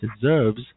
deserves